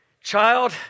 Child